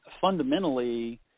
fundamentally